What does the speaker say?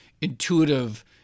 intuitive